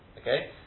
Okay